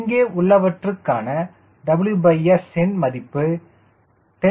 இங்கே உள்ளவற்றுக்கான WS ன் மதிப்பு 10